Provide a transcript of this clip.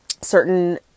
certain